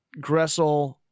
Gressel